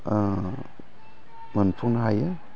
मोनफुंनो हायो